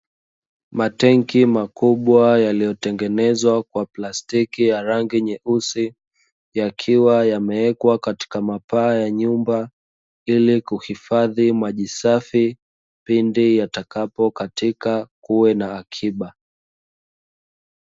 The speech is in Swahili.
Matenki makubwa yaliyotengenezwa kwa plastiki ya rangi nyeusi yakiwa yameekwa katika mapaa ya nyumba, ili kuhifadhi maji safi pindi yatakapokatika kuwe na akiba.